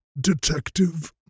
detective